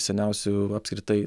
seniausių apskritai